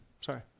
Sorry